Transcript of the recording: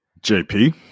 JP